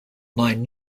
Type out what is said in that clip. nine